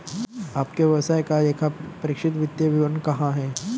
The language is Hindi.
आपके व्यवसाय का लेखापरीक्षित वित्तीय विवरण कहाँ है?